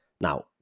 Now